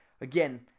Again